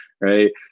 right